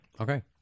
Okay